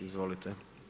Izvolite.